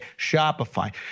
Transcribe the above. Shopify